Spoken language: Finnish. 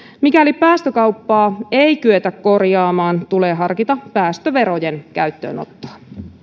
mikäli päästökauppaa ei kyetä korjaamaan tulee harkita päästöverojen käyttöönottoa